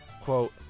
quote